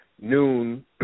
noon